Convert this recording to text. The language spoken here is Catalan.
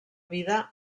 vida